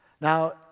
Now